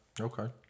Okay